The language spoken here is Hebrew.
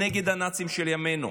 נגד הנאצים של ימינו.